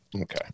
Okay